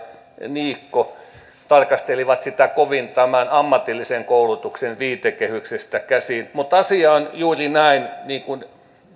niikko tarkastelivat sitä kovin tämän ammatillisen koulutuksen viitekehyksestä käsin mutta asia on juuri näin niin kuin